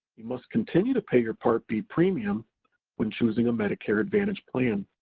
you must continue to pay your part b premium when choosing a medicare advantage plan.